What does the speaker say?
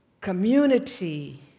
community